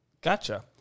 Gotcha